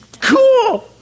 cool